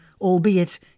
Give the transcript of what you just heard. albeit